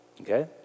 Okay